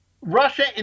Russia